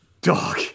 Dog